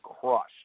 crushed